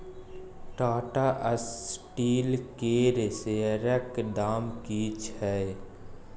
Tata Steel केर शेयरक दाम की छै?